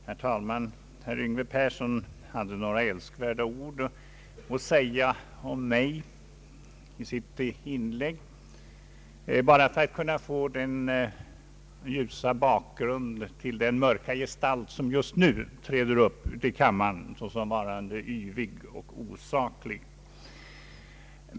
Herr talman! Herr Yngve Persson hade några älskvärda ord att säga om mig i sitt inlägg bara för att kunna få en ljus bakgrund till den mörka gestalt som nu träder upp i kammaren såsom varande »yvig och osaklig».